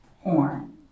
horn